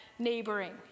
Neighboring